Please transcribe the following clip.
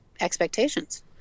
expectations